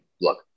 Look